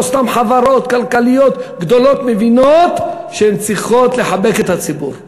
לא סתם חברות כלכליות גדולות מבינות שהן צריכות לחבק את הציבור החרדי.